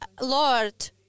Lord